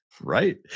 Right